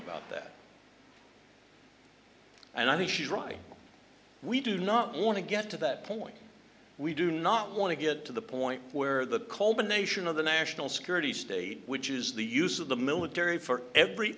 about that and i think she's right we do not want to get to that point we do not want to get to the point where the culmination of the national security state which is the use of the military for every